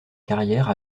carrière